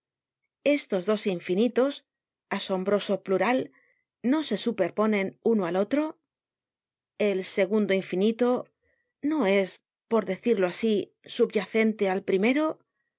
estos dos infinitos asombroso plural i no se superponen uno al otro el segundo infinito no es por decirlo asi subyacente al primero